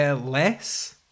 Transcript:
less